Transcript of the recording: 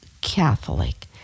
Catholic